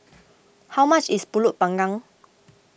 how much is Pulut Panggang